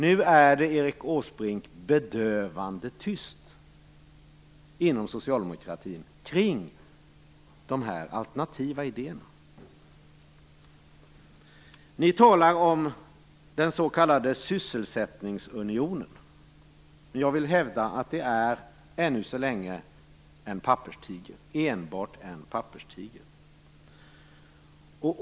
Nu är det, Erik Åsbrink, bedövande tyst inom socialdemokratin kring de alternativa idéerna. Ni talar om den s.k. sysselsättningsunionen. Jag vill hävda att det är ännu så länge enbart en papperstiger.